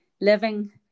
living